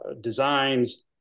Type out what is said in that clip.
designs